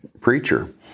preacher